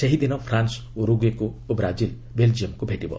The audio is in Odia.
ସେହିଦିନ ଫ୍ରାନ୍ସ ଉରୁଗୁଏକୁ ଓ ବ୍ରାଜିଲ୍ ବେଲ୍ଜିୟମ୍କୁ ଭେଟିବ